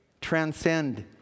transcend